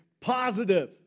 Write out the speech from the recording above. positive